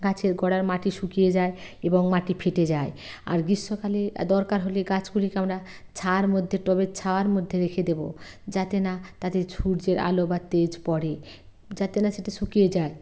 গাছের গোড়ার মাটি শুকিয়ে যায় এবং মাটি ফেটে যায় আর গ্রীষ্মকালে দরকার হলে গাছগুলিকে আমরা ছায়ার মধ্যে টবের ছায়ার মধ্যে রেখে দেবো যাতে না তাতে সূর্যের আলো বা তেজ পড়ে যাতে না সেটি শুকিয়ে যায়